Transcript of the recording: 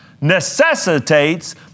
necessitates